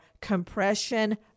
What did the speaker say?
compression